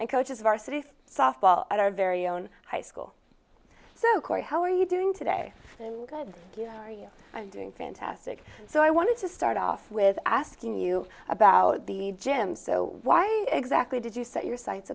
and coaches varsity softball at our very own high school so corey how are you doing today and i'm glad you are you are doing fantastic so i wanted to start off with asking you about the gym so why exactly did you set your sights